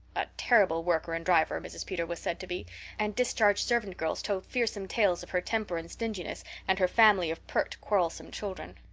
a terrible worker and driver, mrs. peter was said to be and discharged servant girls told fearsome tales of her temper and stinginess, and her family of pert, quarrelsome children.